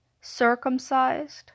circumcised